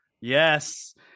Yes